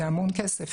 זה המון כסף.